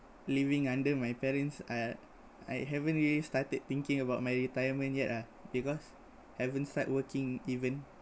living under my parents uh I haven't started thinking about my retirement yet ah because haven't start working even